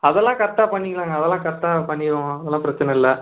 அதெல்லாம் கரெட்டாக பண்ணிக்கலாங்க அதெல்லாம் கரெட்டாக பண்ணிருவோம் அதெல்லாம் பிரச்சனை இல்லை